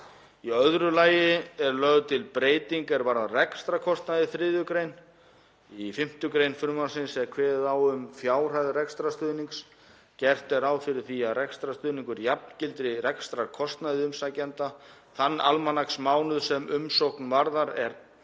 Í öðru lagi er lögð til breyting er varðar rekstrarkostnað í 3. gr. Í 5. gr. frumvarpsins er kveðið á um fjárhæð rekstrarstuðnings. Gert er ráð fyrir því að rekstrarstuðningur jafngildi rekstrarkostnaði umsækjenda þann almanaksmánuð sem umsókn varðar eða